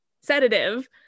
sedative